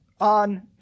on